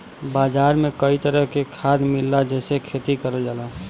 बाजार में कई तरह के खाद मिलला जेसे खेती करल जाला